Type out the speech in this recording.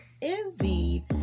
indeed